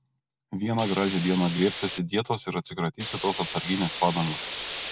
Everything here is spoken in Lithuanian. vieną gražią dieną griebsiuosi dietos ir atsikratysiu tos atsarginės padangos